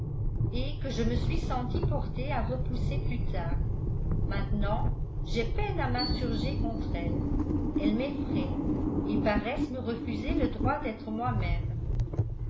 et que je me suis sentie portée à repousser plus tard maintenant j'ai peine à m'insurger contre elles elles m'effrayent et paraissent me refuser le droit d'être moi-même